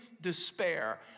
despair